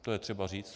To je třeba říct.